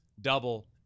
double